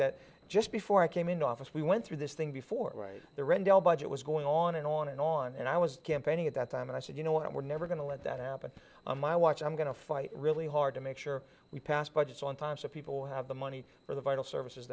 that just before i came into office we went through this thing before the rendell budget was going on and on and on and i was campaigning at that time and i said you know what we're never going to let that happen on my watch i'm going to fight really hard to make sure we pass budgets on time so people have the money for the vital services